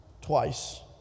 twice